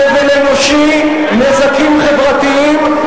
סבל אנושי, נזקים חברתיים.